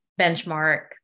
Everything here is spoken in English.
benchmark